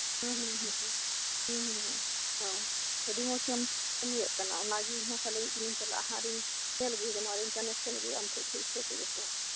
ᱦᱮᱸ ᱦᱮᱸ ᱦᱮᱸ ᱦᱮᱸ ᱦᱚᱭ ᱟᱹᱰᱤ ᱢᱚᱸᱡᱽ ᱮᱢ ᱠᱟᱢᱤᱭᱮᱫ ᱠᱟᱱᱟ ᱚᱱᱟᱜᱮ ᱤᱧ ᱦᱚᱸ ᱠᱷᱟᱞᱤ ᱢᱤᱜᱫᱤᱱ ᱤᱧ ᱪᱟᱞᱟᱜᱼᱟ ᱟᱨ ᱤᱧ ᱧᱮᱞ ᱟᱜᱩᱭ ᱛᱟᱢᱟ ᱟᱨᱮᱧ ᱠᱟᱱᱮᱠᱥᱮᱱ ᱟᱜᱩᱭᱟ ᱟᱢ ᱴᱷᱮᱡ ᱠᱷᱚᱡ ᱤᱛᱟᱹ ᱠᱚ ᱡᱷᱚᱛᱚ